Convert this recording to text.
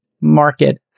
market